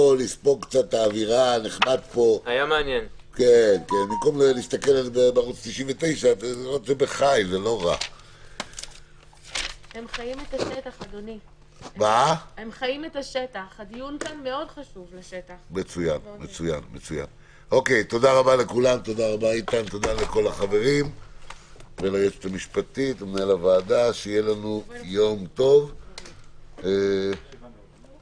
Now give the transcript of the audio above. בשעה 16:25.